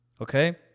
Okay